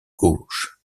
gauche